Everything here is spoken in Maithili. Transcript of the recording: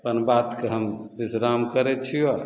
अपन बातके हम विश्राम करै छिअऽ